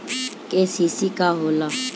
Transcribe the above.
KCC का होला?